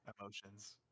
emotions